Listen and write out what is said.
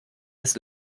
des